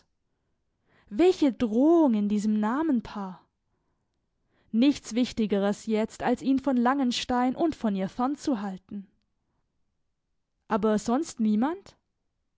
welche drohung in diesem namenpaar nichts wichtigeres jetzt als ihn von langenstein und von ihr fern zu halten aber sonst niemand